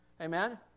Amen